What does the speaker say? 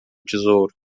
tesouro